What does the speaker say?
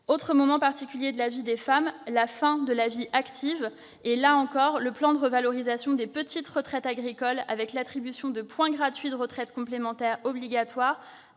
autre moment particulier de la vie des femmes. Le plan de revalorisation des petites retraites agricoles, avec l'attribution de points gratuits de retraite complémentaire obligatoire,